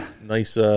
nice